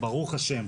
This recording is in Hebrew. ברוך השם,